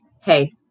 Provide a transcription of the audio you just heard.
hey